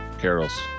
Carols